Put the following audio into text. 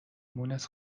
مونس